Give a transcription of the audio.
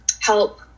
help